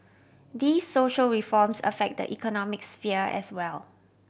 these social reforms affect the economic sphere as well